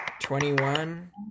Twenty-one